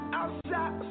outside